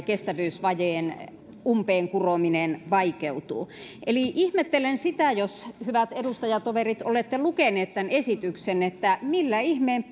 kestävyysvajeen umpeen kurominen vaikeutuu ihmettelen sitä jos hyvät edustajatoverit olette lukeneet tämän esityksen millä ihmeen